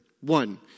One